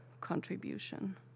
contribution